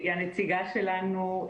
היא הנציגה שלנו.